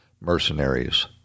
mercenaries